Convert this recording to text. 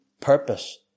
purpose